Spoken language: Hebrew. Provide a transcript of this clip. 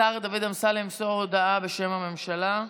השר דוד אמסלם ימסור הודעה בשם הממשלה.